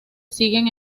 siguen